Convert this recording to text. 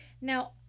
Now